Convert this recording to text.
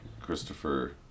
Christopher